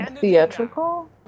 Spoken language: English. theatrical